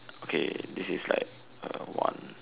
okay this is like uh one